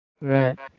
right